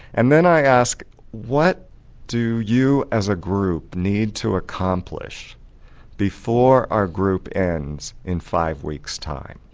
and then i asked what do you, as a group, need to accomplish before our group ends in five weeks time?